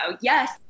Yes